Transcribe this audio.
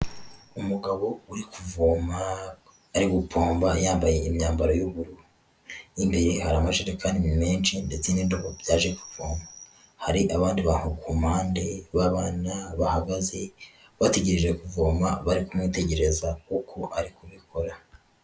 Umugabo uri kuvoma ari gupomba yambaye imyambaro y'ubururu, imbere ye hari amajerekani menshi ndetse n'indobo byaje kuvoma, hari abandi bantu ku mpande ba bana bahagaze bategereje kuvoma bari kumwitegereza uko ari kubikora.